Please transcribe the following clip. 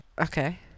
Okay